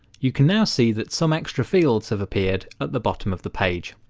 you can now see that some extra fields have appeared at the bottom of the page.